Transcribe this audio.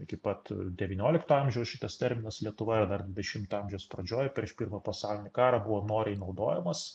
iki pat devyniolikto amžiaus šitas terminas lietuvoje dar dvidešimto amžiaus pradžioj prieš pirmą pasaulinį karą buvo noriai naudojamas